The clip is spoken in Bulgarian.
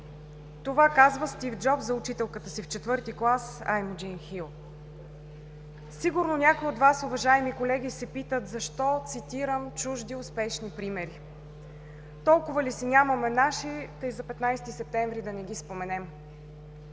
Това казва Стив Джобс за учителката си в IV клас Аймоджийн Хил. Сигурно някои от Вас, уважаеми колеги, се питат защо цитирам чужди успешни примери? Толкова ли си нямаме наши, та и за 15 септември да не ги споменем?!